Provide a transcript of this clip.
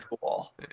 cool